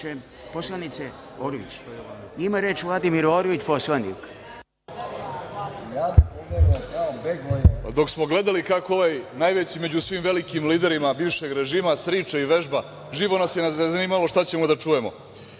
Vladimir Orlić. **Vladimir Orlić** Dok smo gledali kako ovaj najveći među svim velikim liderima bivšeg režima sriče i vežba, živo nas je zanimalo šta ćemo da čujemo